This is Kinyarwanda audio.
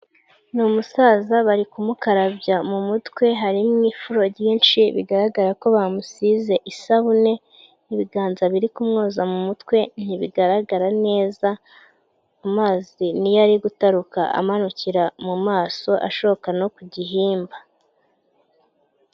Ni umusaza bari kumukarabya mu mutwe harimo ifuro ryinshi bigaragara ko bamusize isabune, ibiganza biri kumwoza mu mutwe ntibigaragara neza, amazi niyo ari gutaruka amanukira mu maso ashoka no ku gihimba.